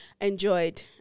enjoyed